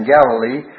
Galilee